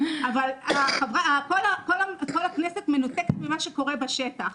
אבל כל הכנסת מנותקת ממה שקורה בשטח.